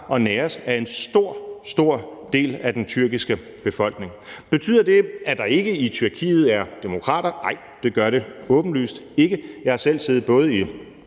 som næres af en stor, stor del af den tyrkiske befolkning. Kl. 17:15 Betyder det, at der ikke i Tyrkiet er demokrater? Nej, det gør det åbenlyst ikke. Jeg har selv siddet i både